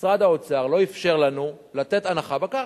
משרד האוצר לא אפשר לנו לתת הנחה בקרקע.